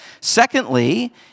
Secondly